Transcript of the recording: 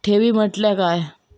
ठेवी म्हटल्या काय?